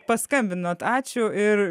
kad paskambinote ačiū ir